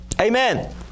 Amen